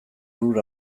hura